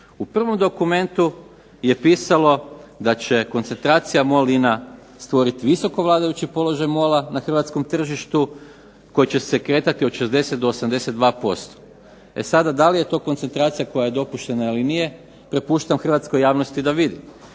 U prvom dokumentu je pisalo da je koncentracija MOL i INA stvoriti visoko vladajući položaj MOL-a na hrvatskom tržištu koji će se kretati od 60 do 82%. E sada da li je to koncentracija koja je dopuštena ili nije, prepuštam hrvatskoj javnosti da vidi.